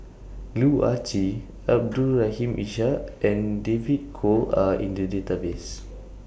Loh Ah Chee Abdul Rahim Ishak and David Kwo Are in The Database